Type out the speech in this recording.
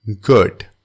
Good